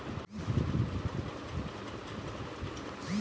তুলা চাষে কীটপতঙ্গ ব্যবহার করা যাবে?